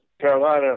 Carolina